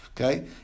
Okay